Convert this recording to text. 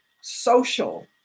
social